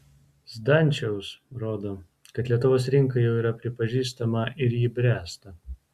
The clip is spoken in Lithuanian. zdančiaus rodo kad lietuvos rinka jau yra pripažįstama ir ji bręsta